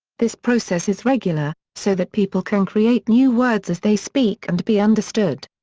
this process is regular, so that people can create new words as they speak and be understood.